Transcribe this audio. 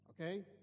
okay